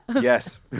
Yes